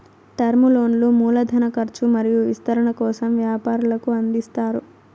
term లోన్లు మూల ధన కర్చు మరియు విస్తరణ కోసం వ్యాపారులకు అందిస్తారు